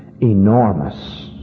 enormous